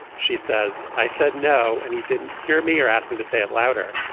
she says, i said no. and he didn't hear me or asked me to say it louder,